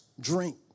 drink